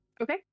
Okay